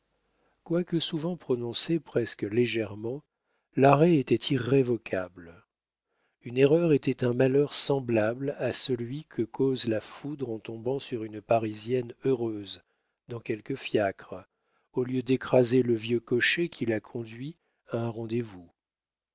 quoique souvent prononcé presque légèrement l'arrêt était irrévocable une erreur était un malheur semblable à celui que cause la foudre en tombant sur une parisienne heureuse dans quelque fiacre au lieu d'écraser le vieux cocher qui la conduit à un rendez-vous